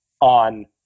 on